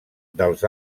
dels